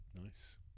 nice